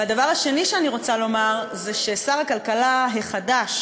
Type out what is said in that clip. והדבר השני שאני רוצה לומר זה ששר הכלכלה החדש,